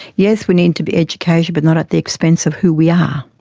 yes, we need to be educated but not at the expense of who we are.